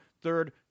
third